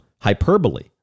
hyperbole